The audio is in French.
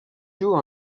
joue